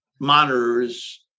monitors